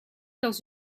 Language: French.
dans